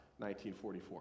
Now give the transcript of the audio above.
1944